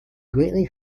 greatly